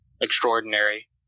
extraordinary